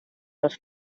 los